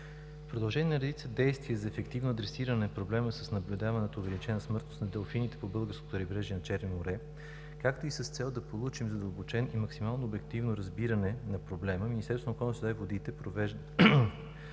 продължение на редица действия за ефективно адресиране на проблема с наблюдаваната увеличена смъртност на делфините по българското крайбрежие на Черно море, както и с цел да получим задълбочено и максимално обективно разбиране на проблема, Министерството на околната среда и водите провежда